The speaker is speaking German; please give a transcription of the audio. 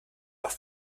auch